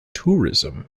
tourism